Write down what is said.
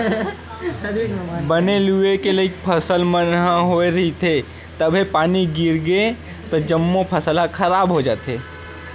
बने लूए के लइक फसल मन ह होए रहिथे तभे पानी गिरगे त जम्मो फसल ह खराब हो जाथे